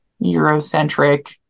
Eurocentric